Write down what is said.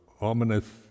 ominous